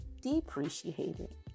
depreciated